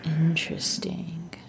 interesting